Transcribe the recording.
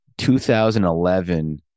2011